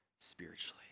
spiritually